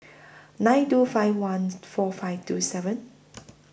nine two five one four five two seven